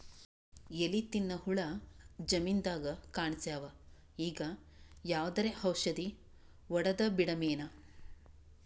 ಎಲಿ ತಿನ್ನ ಹುಳ ಜಮೀನದಾಗ ಕಾಣಸ್ಯಾವ, ಈಗ ಯಾವದರೆ ಔಷಧಿ ಹೋಡದಬಿಡಮೇನ?